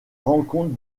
rencontre